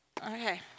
Okay